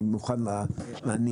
אני מוכן להניח.